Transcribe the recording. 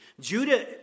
Judah